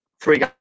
three